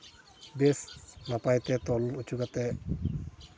ᱵᱮᱥ ᱱᱟᱯᱟᱭ ᱛᱮ ᱛᱚᱞ ᱦᱚᱪᱚ ᱠᱟᱛᱮᱫ